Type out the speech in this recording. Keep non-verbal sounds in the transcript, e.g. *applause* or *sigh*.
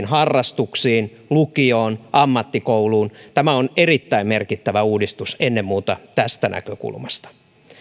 *unintelligible* harrastuksiin lukioon ammattikouluun tämä on erittäin merkittävä uudistus ennen muuta tästä näkökulmasta